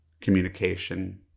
communication